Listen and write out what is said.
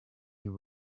you